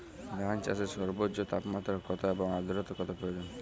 ধান চাষে সর্বোচ্চ তাপমাত্রা কত এবং আর্দ্রতা কত প্রয়োজন?